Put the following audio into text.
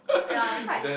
ya even I